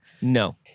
No